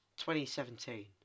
2017